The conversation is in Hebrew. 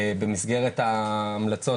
במסגרת ההמלצות,